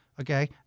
Okay